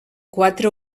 quatre